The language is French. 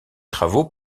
travaux